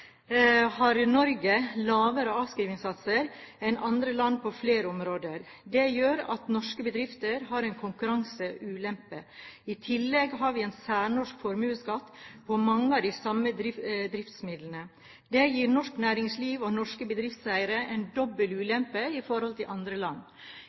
gjør at norske bedrifter har en konkurranseulempe. I tillegg har vi en særnorsk formuesskatt på mange av de samme driftsmidlene. Det gir norsk næringsliv og norske bedriftseiere en dobbel ulempe i forhold til andre land.